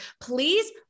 Please